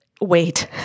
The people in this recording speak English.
Wait